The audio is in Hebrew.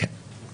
כן.